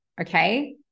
Okay